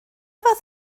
fath